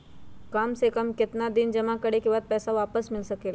काम से कम केतना दिन जमा करें बे बाद पैसा वापस मिल सकेला?